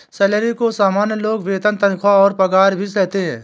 salary को सामान्य लोग वेतन तनख्वाह और पगार भी कहते है